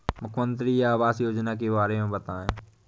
मुख्यमंत्री आवास योजना के बारे में बताए?